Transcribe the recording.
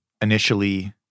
initially